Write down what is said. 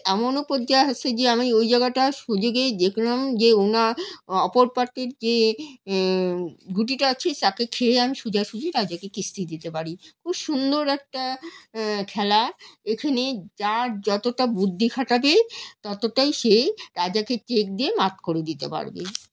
এমনও পর্যায় আছে যে আমি ওই জায়গাটা সোজা গিয়ে দেখলাম যে ওনার অপর পার্টির যে গুটিটা আছে তাকে খেয়ে আমি সোজাসুজি রাজাকে কিস্তি দিতে পারি খুব সুন্দর একটা খেলা এখানে যার যতটা বুদ্ধি খাটাবে ততটাই সে রাজাকে চেক দিয়ে মাত করে দিতে পারবে